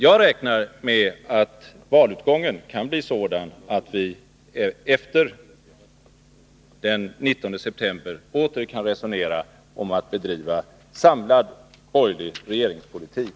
Jag räknar med att valutgången blir sådan att vi efter den 19 september åter kan resonera om att bedriva samlad borgerlig regeringspolitik.